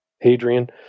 Hadrian